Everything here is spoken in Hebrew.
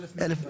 אז אדוני,